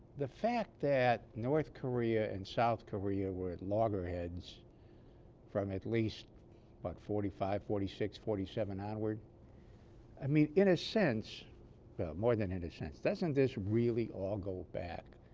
the fact that north korea and south korea where at loggerheads from at least but forty five forty six forty seven onward i mean in a sense more than in a sense doesn't this really all go back